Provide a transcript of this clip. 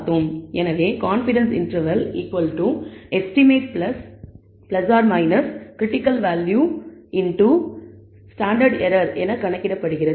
எனவே confidence interval estimate or critical value x multiply by standard error என கணக்கிடப்படுகிறது